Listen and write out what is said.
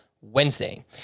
Wednesday